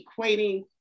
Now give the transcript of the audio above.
equating